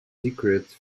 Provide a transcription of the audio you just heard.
secrete